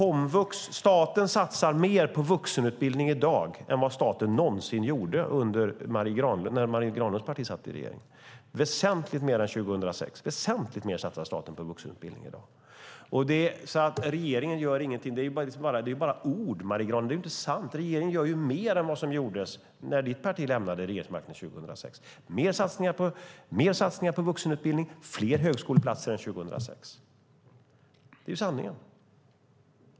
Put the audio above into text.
Staten satsar mer på vuxenutbildning i dag än vad staten någonsin gjorde när Marie Granlunds parti satt i regeringsställning. Man satsar väsentligt mer på vuxenutbildning i dag än 2006. Regeringen gör inget, säger Marie Granlund. Det är ju bara ord! Det är inte sant. Regeringen gör mer än vad som gjordes när hennes parti lämnade regeringsmakten 2006. Det är mer satsningar på vuxenutbildning och fler högskoleplatser än 2006.